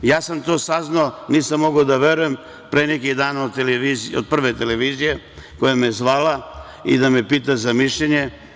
To sam saznao, nisam mogao da verujem, pre neki dan od Prve televizije koja me je zvala da me pita za mišljenje.